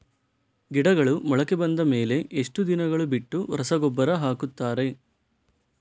ಗಿಡಗಳು ಮೊಳಕೆ ಬಂದ ಮೇಲೆ ಎಷ್ಟು ದಿನಗಳು ಬಿಟ್ಟು ರಸಗೊಬ್ಬರ ಹಾಕುತ್ತಾರೆ?